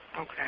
Okay